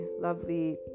lovely